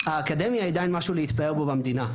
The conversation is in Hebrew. האקדמיה היא עדיין משהו להתפאר בו במדינה.